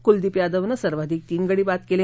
कुलदीप यादवन सर्वाधिक तीन गडी बादी केले